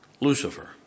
Lucifer